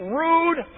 rude